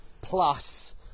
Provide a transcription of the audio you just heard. plus